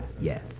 Yes